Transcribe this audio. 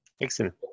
Excellent